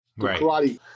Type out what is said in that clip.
karate